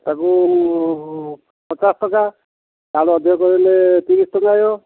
ତାକୁ ପଚାଶ ଟଙ୍କା ତାଠୁ ଅଧିକ କଲେ ତିରିଶ ଟଙ୍କା ହେବ